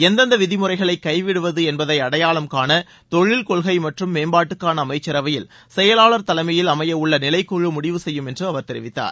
எந்தெந்த விதிமுறைகளை கைவிடுவது என்பதை அடையாளம் காண தொழில் கொள்கை மற்றும் மேம்பாட்டுக்காள அமைச்சரவையில் செயலாளர் தலைமையில் அமையவுள்ள நிலைக்குழு முடிவு செய்யும் என்றும் அவர் தெரிவித்தார்